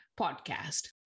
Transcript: podcast